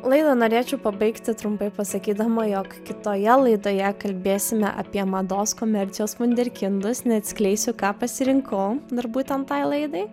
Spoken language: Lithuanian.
laidą norėčiau pabaigti trumpai pasakydama jog kitoje laidoje kalbėsime apie mados komercijos vunderkindus neatskleisiu ką pasirinkau dar būtent tai laidai